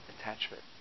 attachment